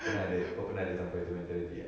pernah ada kau pernah ada sampai itu mentality tak